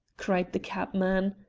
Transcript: cried the cabman.